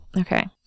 Okay